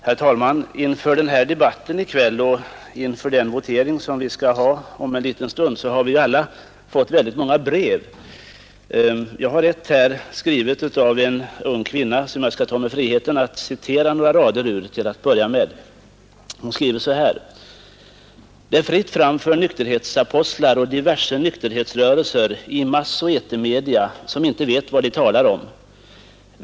Herr talman! Inför debatten i kväll och den votering som vi skall ha om en liten stund har vi alla fått ta emot flera brev. Jag har ett här, som jag skall ta mig friheten att citera några rader ur. Det är en ung kvinna som skriver: ”Det är fritt fram för nykterhetsapostlar och diverse nykterhetsrörelser i massoch etermedia, som inte vet vad de talar om.